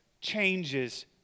changes